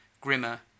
Grimmer